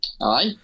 Aye